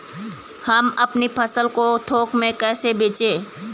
हम अपनी फसल को थोक में कैसे बेचें?